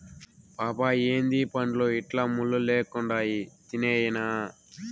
పాపా ఏందీ పండ్లు ఇట్లా ముళ్ళు లెక్కుండాయి తినేయ్యెనా